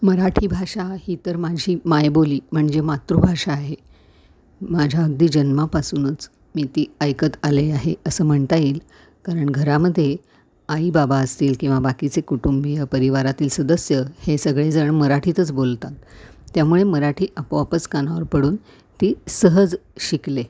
मराठी भाषा ही तर माझी मायबोली म्हणजे मातृभाषा आहे माझ्या अगदी जन्मापासूनच मी ती ऐकत आली आहे असं म्हणता येईल कारण घरामध्ये आई बाबा असतील किंवा बाकीचे कुटुंबीय परिवारातील सदस्य हे सगळेजण मराठीतच बोलतात त्यामुळे मराठी आपोआपच कानावर पडून ती सहज शिकले